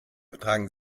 tragen